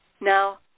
Now